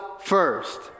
first